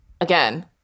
again